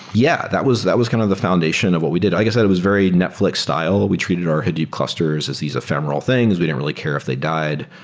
yeah, that was that was kind of the foundation of what we did. i guess that it was very netflix style. we treated our hadoop clusters as these ephemeral things. we didn't really care if they died.